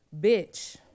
bitch